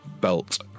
belt